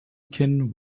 can